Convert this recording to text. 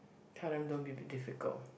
tell them don't be be difficult